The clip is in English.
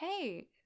hey